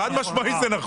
חד משמעית.